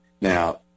now